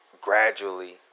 gradually